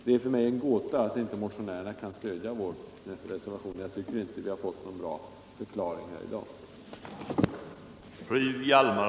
Det är för mig en gåta att motionärerna inte kan stödja vår reservation, och jag tycker inte att vi har fått någon bra förklaring på det här i dag.